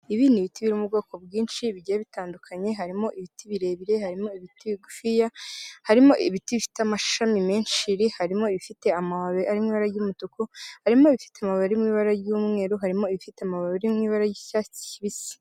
Ibi ni biti biri mu bwoko bwinshi bigiye bitandukanye, harimo ibiti birebire, harimo ibiti bigufiya, harimo ibiti bifite amashami menshiri, harimo ibifite amababi ari mu ibara ry'umutuku, harimo ibifite amababi ari mu ibara ry'umweru, harimo ibifite amababi ari mu ibara ry'icyatsi kibisi.